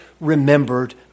remembered